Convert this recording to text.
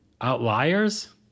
Outliers